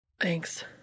Thanks